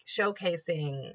showcasing